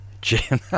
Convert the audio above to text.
Jim